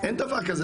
אין דבר כזה,